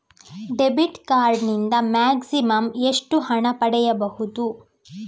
Debit card ನಿಂದ maximum ಎಷ್ಟು ಹಣ ಪಡೆಯಬಹುದು?